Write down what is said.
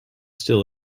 still